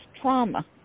trauma